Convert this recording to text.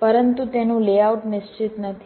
પરંતુ તેનું લેઆઉટ નિશ્ચિત નથી